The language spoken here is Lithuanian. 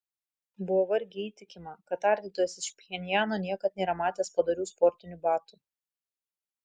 buvo vargiai įtikima kad tardytojas iš pchenjano niekad nėra matęs padorių sportinių batų